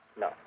No